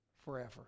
forever